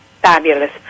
fabulous